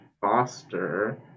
foster